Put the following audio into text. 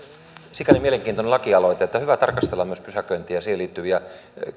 sikäli mielenkiintoinen lakialoite että on hyvä tarkastella myös pysäköintiä ja siihen liittyviä